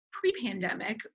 pre-pandemic